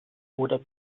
oder